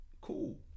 Cool